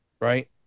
right